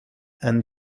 and